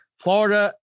Florida